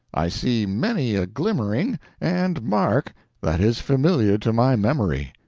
i see many a glimmering and mark that is familiar to my memory.